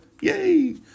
yay